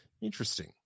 Interesting